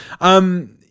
Um-